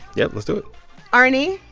yep, let's do it arnie,